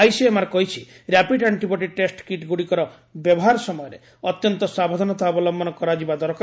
ICMR କହିଛି rapid antibody test kit ଗୁଡ଼ିକର ବ୍ୟବହାର ସମୟରେ ଅତ୍ୟନ୍ତ ସାବଧାନତା ଅବଲମ୍ଘନ କରାଯିବା ଦରକାର